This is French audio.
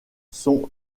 sont